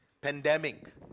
pandemic